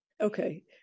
Okay